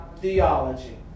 theology